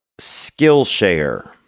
Skillshare